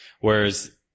Whereas